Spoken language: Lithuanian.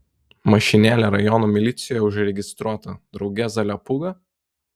mašinėlė rajono milicijoje užregistruota drauge zaliapūga